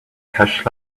cash